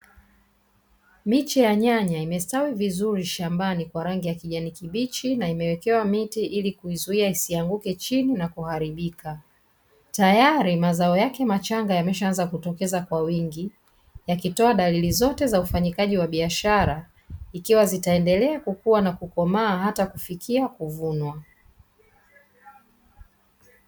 Miche ya nyanya imestawi vizuri shambani kwa rangi ya kijani kibichi na imewekewa miti ili kuizuia isianguke chini na kuharibika, tayari mazao yake machanga yameshaanza kutokeza kwa wingi yakitoa dalili zote za ufanyikaji wa biashara, ikiwa zitaendelea kukua na kukomaa hata kufikia kuvunwa.